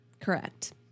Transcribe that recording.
Correct